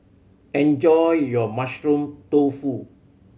enjoy your Mushroom Tofu